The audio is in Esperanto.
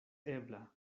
ebla